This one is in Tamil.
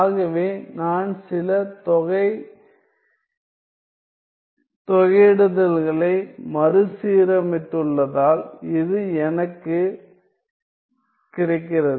ஆகவே நான் சில தொகை தொகையிடுதல்களை மறுசீரமைத்துள்ளதால் இது எனக்குக் கிடைக்கிறது